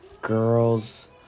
Girls